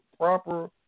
proper